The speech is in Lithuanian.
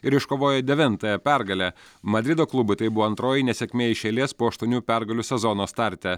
ir iškovojo devintąją pergalę madrido klubui tai buvo antroji nesėkmė iš eilės po aštuonių pergalių sezono starte